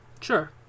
Sure